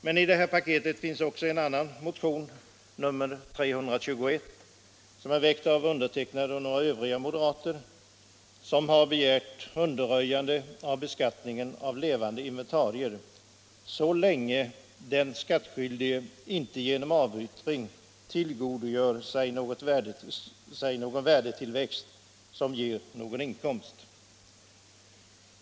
Men i det här betänkandet finns även motionen 321, som väckts av mig och några övriga moderater, där vi begärt undanröjande av beskattning av levande inventarier, så länge den skattskyldige inte genom avyttring tillgodogör sig någon värdetillväxt som ger någon inkomst.